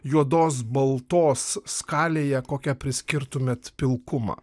juodos baltos skalėje kokią priskirtumėt pilkumą